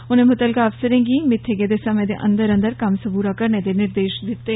उनें मुतलका अफसरें गी मित्थे गेदे समय दे अन्दर अंदर कम्म सबूरा करने दे निर्देश दित्ते